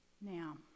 Now